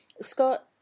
Scott